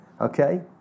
okay